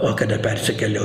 o kada persikėliau